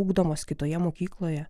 ugdomos kitoje mokykloje